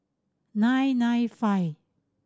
nine nine five